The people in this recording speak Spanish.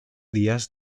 días